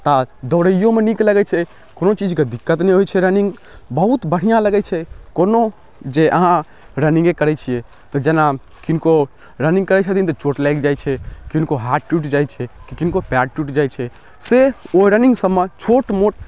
ओता दौड़ैयो मे नीक लगै छै कोनो चीज के दिक्कत नै होइछै रनिंग बहुत बढ़ियाँ लगै छै कोनो जे अहाँ रनिंगे करै छियै तऽ जेना किनको रनिंग करै छथिन तऽ चोट लाइग जाइ छै किनको हाथ टुइट जाइ छै किनको पाएर टुइट जाइ छै से ओ रनिंग सब मऽ छोट मोट